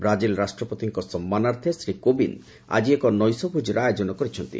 Brazil ରାଷ୍ଟ୍ରପତିଙ୍କ ସମ୍ମାନାର୍ଥେ ଶ୍ରୀ କୋବିନ୍ଦ ଆଜି ଏକ ନୈଶ ଭୋଜିର ଆୟୋଜନ କରିଛନ୍ତି